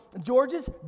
George's